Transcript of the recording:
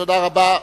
תודה רבה.